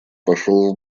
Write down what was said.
пошел